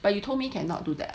but you told me cannot do that